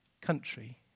country